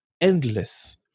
endless